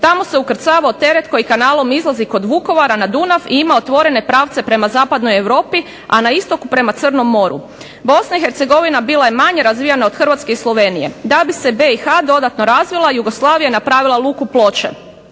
Tamo se ukrcavao teret koji kanalom izlazi kod Vukovara na Dunav i ima otvorene pravce prema zapadnoj Europi, a na istok prema Crnom moru. Bosna i Hercegovina bila je manje razvijena od Hrvatske i Slovenije. Da bi se BiH dodatno razvila Jugoslavija je napravila luku Ploče.